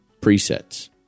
presets